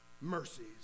mercies